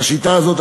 השיטה הזאת,